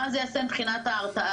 מה זה יעשה מבחינת ההרתעה,